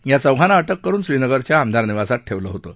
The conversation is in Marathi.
या चौघांना अटक करुन श्रीनगरच्या आमदार निवासात ठेवलं होतं